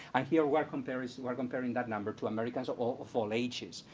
and here we're comparing we're comparing that number to americans of all of all ages.